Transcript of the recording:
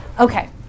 Okay